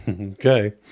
okay